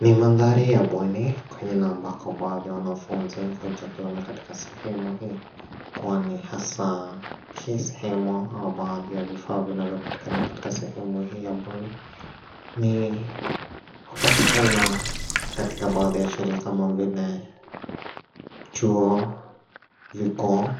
Ni mandhari ya bweni, kwenye na ambako wanafunzi huja kulala kwenye sehemu hii, kwani hasaa hii sehemu baadhi ya vifaa vinavyo patikana katika sehemu hii ya bweni hupatikana katika baadhi ya shule kama vile chuo vikuu,